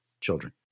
children